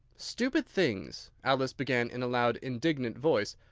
stupid things! alice began in a loud, indignant voice,